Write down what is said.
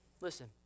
Listen